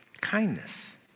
Kindness